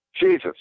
Jesus